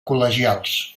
col·legials